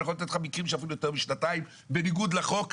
אני יכול לתת לך מקרים שלקחו יותר משנתיים בניגוד לחוק,